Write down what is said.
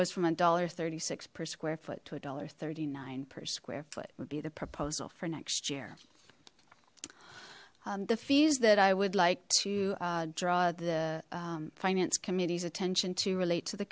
goes from a dollar thirty six per square foot to a dollar thirty nine per square foot would be the proposal for next year the fees that i would like to draw the finance committee's attention to relate to the